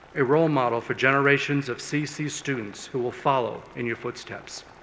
a role model for generations of cc students who will follow in your footsteps.